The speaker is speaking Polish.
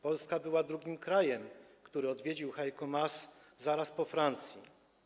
Polska była drugim krajem, który odwiedził Heiko Maas, zaraz po Francji.